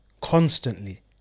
constantly